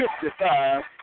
Fifty-five